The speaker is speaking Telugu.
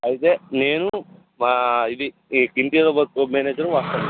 అయితే నేను మా ఇది ఇంటీరియర్ వర్కు మేనేజరు వస్తాం మ్యామ్